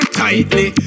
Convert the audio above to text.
tightly